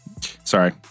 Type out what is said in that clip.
Sorry